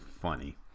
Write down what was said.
funny